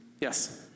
Yes